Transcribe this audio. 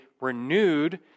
renewed